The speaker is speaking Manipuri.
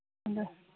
ꯑꯗꯨ